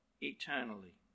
eternally